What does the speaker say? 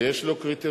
שיש לו קריטריונים,